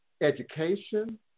education